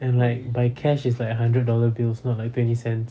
and like by cash is like hundred dollars bills not by twenty cents